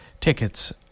Tickets